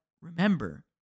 remember